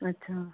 अच्छा